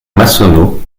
massonneau